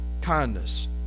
kindness